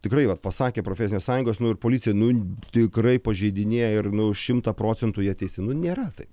tikrai vat pasakė profesinės sąjungos nu ir policija nu tikrai pažeidinėja ir nu šimtą procentų jie teisi nu nėra taip